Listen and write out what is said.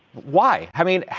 why? i mean,